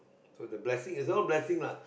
so the blessing is all blessing lah